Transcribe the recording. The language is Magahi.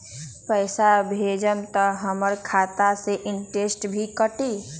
पैसा भेजम त हमर खाता से इनटेशट भी कटी?